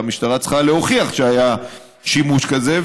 המשטרה צריכה להוכיח שהיה שימוש כזה,